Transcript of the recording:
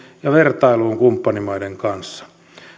ja vertailuun kumppanimaiden kanssa